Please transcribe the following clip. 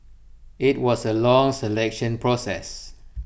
IT was A long selection process